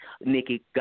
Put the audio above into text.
Nikki